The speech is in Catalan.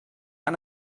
han